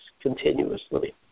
continuously